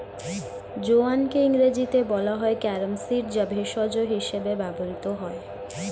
জোয়ানকে ইংরেজিতে বলা হয় ক্যারাম সিড যা ভেষজ হিসেবে ব্যবহৃত হয়